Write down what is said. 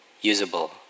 usable